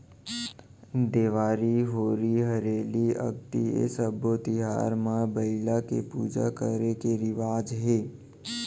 देवारी, होरी हरेली, अक्ती ए सब्बे तिहार म बइला के पूजा करे के रिवाज हे